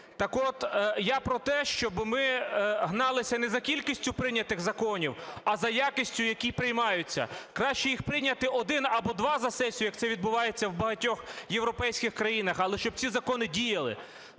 Так от я про те, щоби ми гналися не за кількістю прийнятих законів, а за якістю, які приймаються. Краще їх прийняти один або два за сесію, як це відбувається в багатьох європейських країнах, але щоб ці закони діяли.